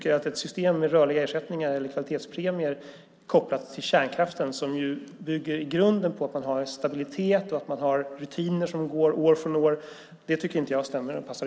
Ett system med rörliga ersättningar eller kvalitetspremier tycker inte jag passar ihop med kärnkraften som i grunden bygger på att man har en stabilitet och rutiner år från år.